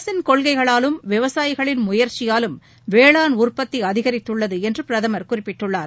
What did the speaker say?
அரசின் கொள்கைகளாலும் விவசாயிகளின் முயற்சியாலும் வேளாண் உற்பத்தி அதிகரித்துள்ளது என்று பிரதமர் குறிப்பிட்டுள்ளார்